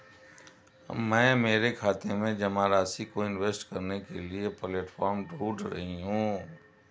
मैं मेरे खाते में जमा राशि को इन्वेस्ट करने के लिए प्लेटफॉर्म ढूंढ रही हूँ